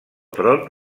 tron